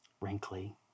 Wrinkly